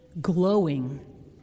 glowing